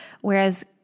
whereas